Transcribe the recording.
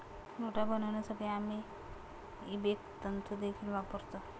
नोटा बनवण्यासाठी आम्ही इबेक तंतु देखील वापरतो